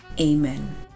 amen